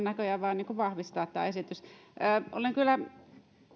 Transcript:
näköjään vain vahvistaa tämä esitys olen kyllä